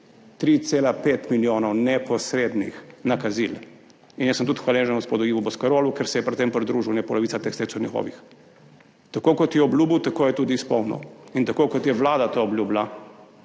3,5 milijonov neposrednih nakazil. Jaz sem tudi hvaležen gospodu Ivu Boscarolu, ker se je pri tem pridružil, polovica teh sredstev je njegovih. Tako kot je obljubil, tako je tudi izpolnil. In tako kot je vlada to obljubila,